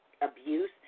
abuse